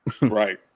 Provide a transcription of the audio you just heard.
Right